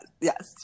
Yes